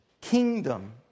kingdom